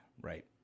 right